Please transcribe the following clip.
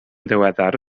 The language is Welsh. ddiweddar